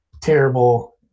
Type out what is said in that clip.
terrible